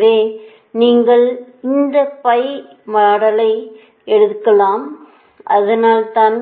எனவே நீங்கள் pi மாடலை எடுக்கலாம் அதனால் தான்